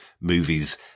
movies